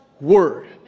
word